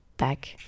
back